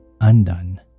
undone